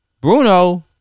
Bruno